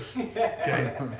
okay